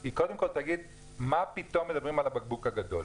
היא קודם כול תגיד מה פתאום מדברים על הבקבוק הגדול.